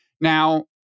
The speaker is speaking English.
Now